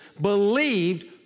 believed